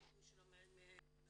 ולא אישרו שלא מגיעים.